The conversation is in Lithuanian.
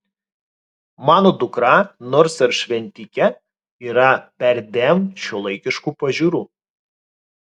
mano dukra nors ir šventikė yra perdėm šiuolaikiškų pažiūrų